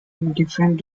different